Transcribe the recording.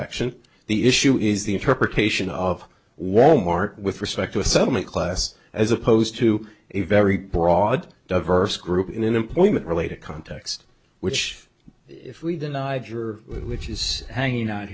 action the issue is the interpretation of wal mart with respect to a settlement class as opposed to a very broad diverse group in an employment related context which if we denied your which is hanging out